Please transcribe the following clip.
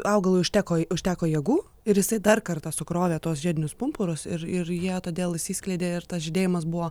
augalui užteko užteko jėgų ir jisai dar kartą sukrovė tuos žiedinius pumpurus ir ir jie todėl išsiskleidė ir tas žydėjimas buvo